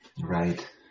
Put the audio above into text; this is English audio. right